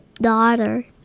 daughter